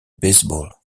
baseball